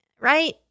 right